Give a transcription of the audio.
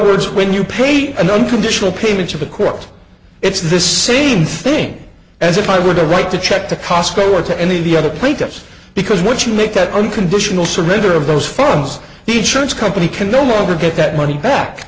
words when you pay an unconditional payment to the court it's the same thing as if i were to write a check to cosco or to any of the other plaintiffs because once you make that unconditional surrender of those forms the insurance company can no longer get that money back